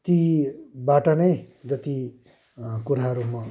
तीबाट नै जति कुराहरू म